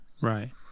Right